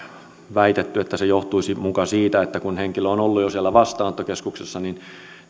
väitetty että se johtuisi muka siitä että kun henkilö on ollut jo siellä vastaanottokeskuksessa niin